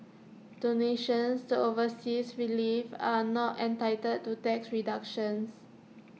donations to overseas relief are not entitled to tax deductions